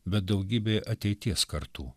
bet daugybei ateities kartų